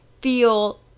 feel